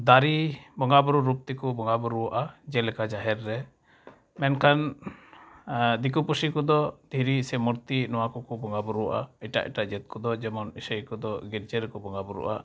ᱫᱟᱨᱮ ᱵᱚᱸᱜᱟᱼᱵᱩᱨᱩ ᱨᱩᱯ ᱛᱮᱠᱚ ᱵᱚᱸᱜᱟᱼᱵᱩᱨᱩᱣᱟᱜᱼᱟ ᱡᱮᱞᱮᱠᱟ ᱡᱟᱦᱮᱨ ᱨᱮ ᱢᱮᱱᱠᱷᱟᱱ ᱫᱤᱠᱩᱼᱯᱩᱥᱤ ᱠᱚᱫᱚ ᱫᱷᱤᱨᱤ ᱥᱮ ᱢᱩᱨᱛᱤ ᱱᱚᱣᱟᱠᱚ ᱠᱚ ᱵᱚᱸᱜᱟᱼᱵᱩᱨᱩᱣᱟᱜᱼᱟ ᱮᱴᱟᱜ ᱮᱴᱟᱜ ᱡᱟᱹᱛ ᱠᱚᱫᱚ ᱡᱮᱢᱚᱱ ᱤᱥᱟᱹᱭ ᱠᱚᱫᱚ ᱜᱤᱨᱡᱟᱹ ᱨᱮᱠᱚ ᱵᱚᱸᱜᱟᱼᱵᱩᱨᱩᱜᱼᱟ